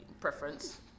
preference